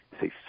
say